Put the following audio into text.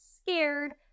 scared